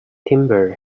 timber